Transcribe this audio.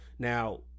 Now